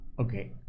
Okay